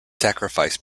sacrifice